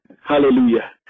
Hallelujah